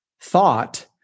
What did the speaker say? thought